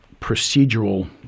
procedural